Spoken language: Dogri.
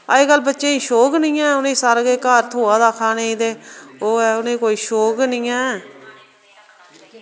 अज्जकल बच्चें गी शौक नेईं ऐ उ'नें सारा किश घर थ्होआ दा खाने गी ते ओह् ऐ उ'नें गी कोई शौंक गै नेईं ऐ